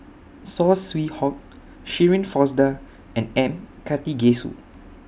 Saw Swee Hock Shirin Fozdar and M Karthigesu